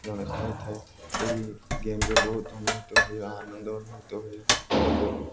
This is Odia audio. ଝଗଡ଼ା ହୋଇଥାଏ ଏହି ଗେମ୍ରେ ବହୁତ ଅନୁଭୂତ ହୁଏ ଆନନ୍ଦ ଅନୁଭୂତ ହୁଏ